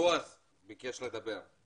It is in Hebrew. בועז מאל"ח ביקש לדבר.